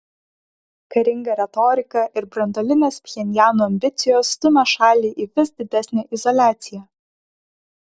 karinga retorika ir branduolinės pchenjano ambicijos stumia šalį į vis didesnę izoliaciją